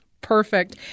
Perfect